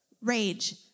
rage